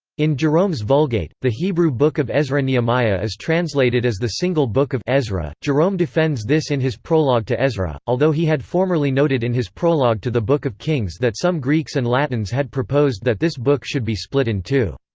in jerome's vulgate, the hebrew book of ezra-nehemiah is translated as the single book of ezra. jerome defends this in his prologue to ezra, although he had formerly noted in his prologue to the book of kings that some greeks and latins had proposed that this book should be split in two.